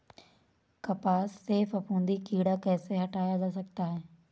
कपास से फफूंदी कीड़ा कैसे हटाया जा सकता है?